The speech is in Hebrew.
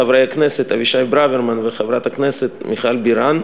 חבר הכנסת אבישי ברוורמן וחברת הכנסת מיכל בירן,